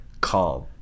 calm